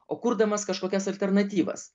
o kurdamas kažkokias alternatyvas